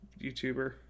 YouTuber